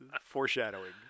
Foreshadowing